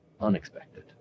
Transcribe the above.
unexpected